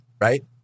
right